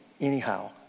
anyhow